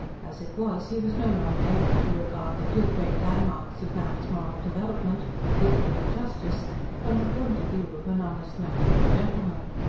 as it was, he was no longer able to regard the two great landmarks of man's moral development liberty and justice from the point of view of an honest man and a gentleman.